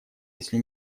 если